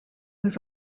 was